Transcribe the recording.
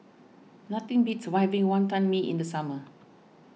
nothing beats Wantan Mee in the summer